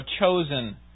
chosen